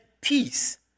peace